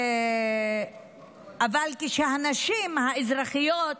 ואני מצטטת: אבל כשהנשים האזרחיות,